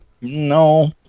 No